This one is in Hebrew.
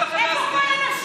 איפה כל הנשים?